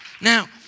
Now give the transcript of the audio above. Now